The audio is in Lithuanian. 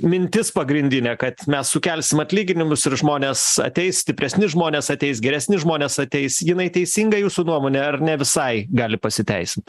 mintis pagrindinė kad mes sukelsim atlyginimus ir žmonės ateis stipresni žmonės ateis geresni žmonės ateis jinai teisinga jūsų nuomone ar ne visai gali pasiteisint